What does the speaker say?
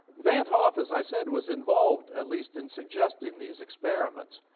van't hoff as i said, was involved at least in suggesting these experiments.